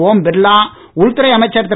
ஒம் பிர்லா உள்துறை அமைச்சர் திரு